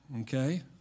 okay